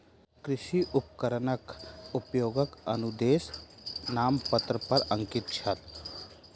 कृषि उपकरणक उपयोगक अनुदेश नामपत्र पर अंकित छल